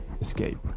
escape